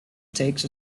takes